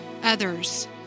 others